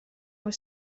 were